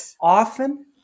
often